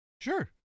Sure